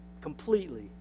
Completely